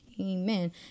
amen